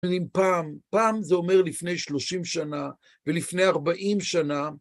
אם פעם, פעם זה אומר לפני שלושים שנה, ולפני ארבעים שנה...